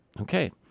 Okay